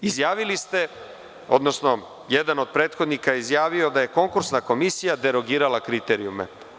Izjavili ste, odnosno jedan od prethodnika je izjavio da je konkursna komisija derogirala kriterijume.